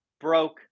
broke